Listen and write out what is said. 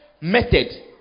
method